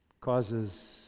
Causes